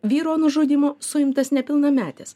vyro nužudymo suimtas nepilnametis